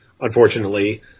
unfortunately